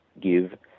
give